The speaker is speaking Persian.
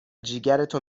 جیگرتو